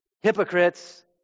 hypocrites